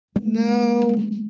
no